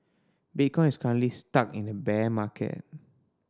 bitcoin is currently stuck in a bear market